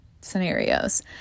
scenarios